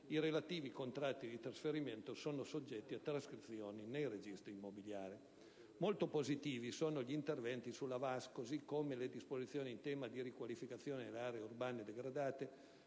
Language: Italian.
i relativi contratti di trasferimento sono soggetti a trascrizione nei registri immobiliari. Molto positivi sono gli interventi sulla VAS, così come le disposizioni in tema di riqualificazione delle aree urbane degradate,